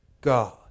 God